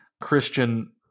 Christian